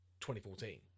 2014